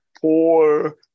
poor